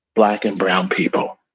black and brown people,